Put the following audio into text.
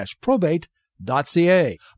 Probate.ca